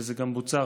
וזה גם בוצע,